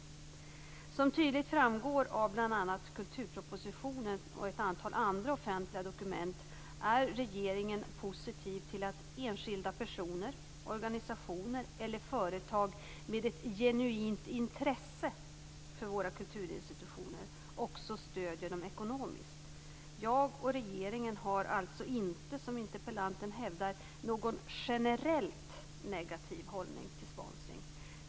Som tydligt framgår av bl.a. kulturpropositionen och ett antal andra offentliga dokument är regeringen positiv till att enskilda personer, organisationer eller företag med ett genuint intresse för våra kulturinstitutioner också stöder dem ekonomiskt. Jag och regeringen har alltså inte, som interpellanten hävdar, någon generellt negativ hållning till sponsring.